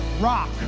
rock